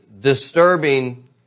disturbing